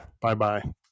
bye-bye